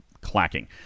clacking